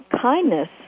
kindness